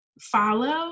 follow